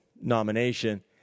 nomination